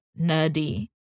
nerdy